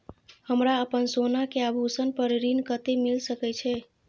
हमरा अपन सोना के आभूषण पर ऋण कते मिल सके छे?